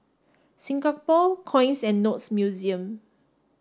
Singapore Coins and Notes Museum